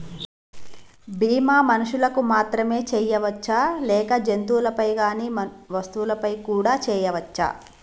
బీమా మనుషులకు మాత్రమే చెయ్యవచ్చా లేక జంతువులపై కానీ వస్తువులపై కూడా చేయ వచ్చా?